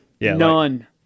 None